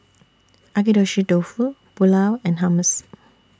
Agedashi Dofu Pulao and Hummus